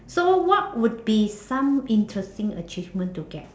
so what would be some interesting achievement to get